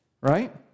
Right